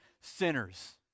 sinners